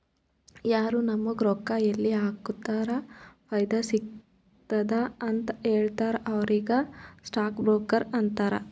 ಯಾರು ನಾಮುಗ್ ರೊಕ್ಕಾ ಎಲ್ಲಿ ಹಾಕುರ ಫೈದಾ ಸಿಗ್ತುದ ಅಂತ್ ಹೇಳ್ತಾರ ಅವ್ರಿಗ ಸ್ಟಾಕ್ ಬ್ರೋಕರ್ ಅಂತಾರ